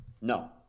No